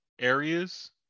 areas